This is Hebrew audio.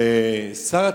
ושר התשתיות,